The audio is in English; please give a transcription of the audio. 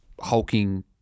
hulking